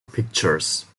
pictures